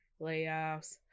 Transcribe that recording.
layoffs